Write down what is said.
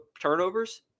turnovers